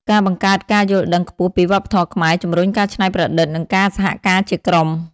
ការបង្កើតការយល់ដឹងខ្ពស់ពីវប្បធម៌ខ្មែរ ជំរុញការច្នៃប្រឌិត និងការសហការជាក្រុម។